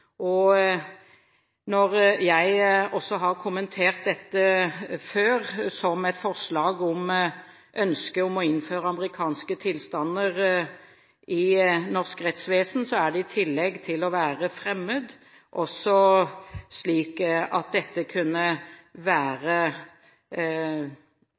foreslått. Når jeg tidligere har kommentert dette som et forslag med ønske om å innføre amerikanske tilstander i norsk rettsvesen, er det i tillegg slik at dette ville være et system som kunne